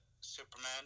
Superman